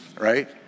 right